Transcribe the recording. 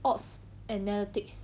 ops analytics